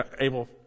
able